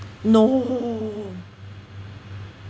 no